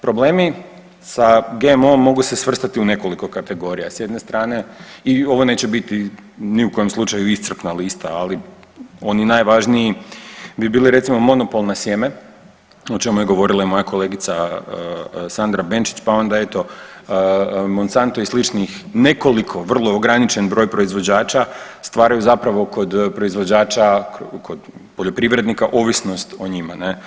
Problemi sa GMO-om mogu se svrstati u nekoliko kategorija, s jedne strane i ovo neće biti ni u kom slučaju iscrpna lista, ali oni najvažniji bi bili recimo monopol na sjeme o čemu je govorila i moja kolegica Sandra Banečić pa onda eto MOnsanto i sličnih nekoliko vrlo ograničeni broj proizvođača, stvaraju zapravo kod proizvođača kod poljoprivrednika ovisnost o njima.